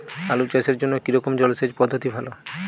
আলু চাষের জন্য কী রকম জলসেচ পদ্ধতি ভালো?